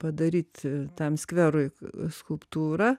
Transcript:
padaryti tam skverui skulptūrą